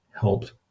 helped